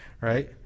right